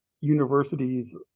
universities